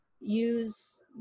use